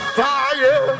fire